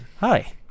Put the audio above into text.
Hi